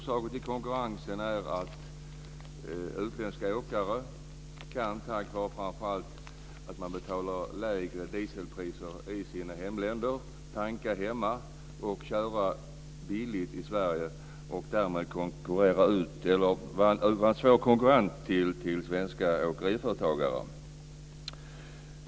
Orsaken till att det inte är en likvärdig konkurrens är framför allt att utländska åkare tack vare att de betalar lägre dieselpriser i sina hemländer kan tanka hemma och köra billigt i Sverige och därmed vara en svår konkurrent till svenska åkeriföretagare.